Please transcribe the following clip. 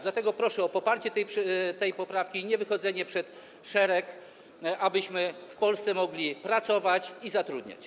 Dlatego proszę o poparcie tej poprawki i niewychodzenie przed szereg, abyśmy w Polsce mogli pracować i zatrudniać.